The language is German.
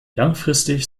langfristig